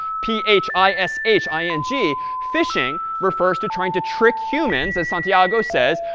p h i s h i n g phishing refers to trying to trick humans, as santiago says,